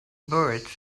birds